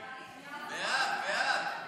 ההסתייגות לחלופין (יב) של קבוצת סיעת ש"ס,